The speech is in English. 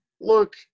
look